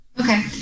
Okay